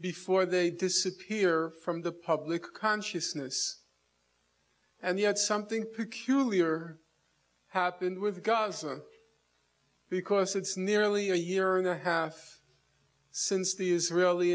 before they disappear from the public consciousness and yet something peculiar happened with gaza because it's nearly a year and a half since the israeli